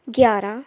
ਗਿਆਰਾਂ